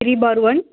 three bar one